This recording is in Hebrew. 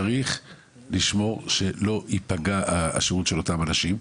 צריך לשמור שלא תפגע השהות של אותם אנשים,